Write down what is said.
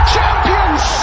Champions